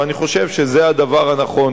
ואני חושב שזה הדבר הנכון,